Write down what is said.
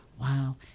Wow